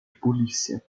polícia